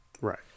right